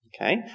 Okay